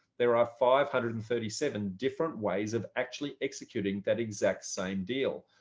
there are five hundred and thirty seven different ways of actually executing that exact same deal,